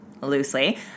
loosely